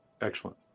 Excellent